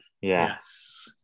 Yes